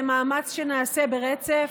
זה מאמץ שנעשה ברצף.